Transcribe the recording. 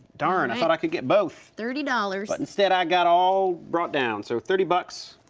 darn. i thought i could get both. thirty dollars. but instead i got all brought down, so thirty bucks,